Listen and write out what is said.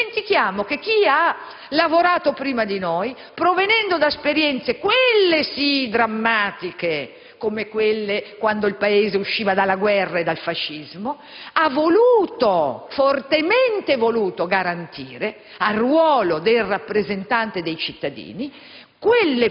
e ci dimentichiamo che chi ha lavorato prima di noi, provenendo da esperienze, quelle sì, drammatiche, come quando il Paese usciva dalla guerra e dal fascismo, ha fortemente voluto garantire al ruolo del rappresentante dei cittadini